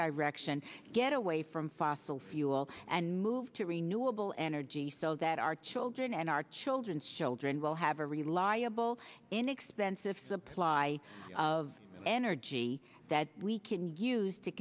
direction get away from fossil fuel and move to renewable energy so that our children and our children's children will have a reliable inexpensive supply of energy that we can use to